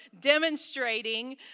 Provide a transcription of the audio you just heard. demonstrating